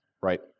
right